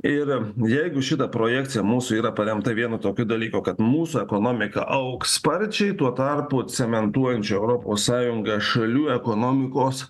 ir jeigu šita projekcija mūsų yra paremta vienu tokiu dalyku kad mūsų ekonomika augs sparčiai tuo tarpu cementuojančio europos sąjungą šalių ekonomikos